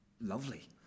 lovely